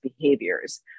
behaviors